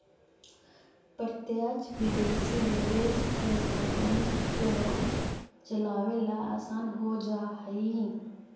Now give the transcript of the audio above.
प्रत्यक्ष विदेशी निवेश से कंपनी को चलावे ला आसान हो जा हई